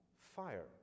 fire